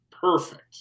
Perfect